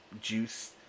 juice